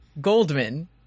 Goldman